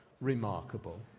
remarkable